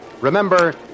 Remember